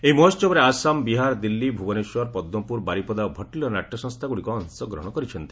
ଏହି ମହୋହବରେ ଆସାମ ବିହାର ଦିଲ୍ଲୀ ଭୁବନେଶ୍ୱର ପଦ୍କପୁର ବାରିପଦା ଓ ଭଟଲିର ନାଟ୍ୟସଂସ୍ଥାଗୁଡ଼ିକ ଅଂଶ ଗ୍ରହଶ କରିଛନ୍ତି